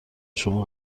شما